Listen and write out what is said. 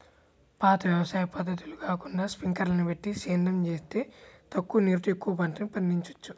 పాత వ్యవసాయ పద్ధతులు కాకుండా స్పింకర్లని బెట్టి సేద్యం జేత్తే తక్కువ నీరుతో ఎక్కువ పంటని పండిచ్చొచ్చు